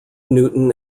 newton